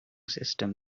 system